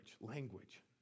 language